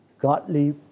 godly